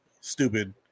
stupid